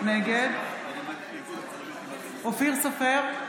נגד אופיר סופר,